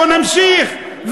בוא נמשיך,